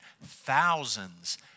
thousands